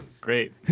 Great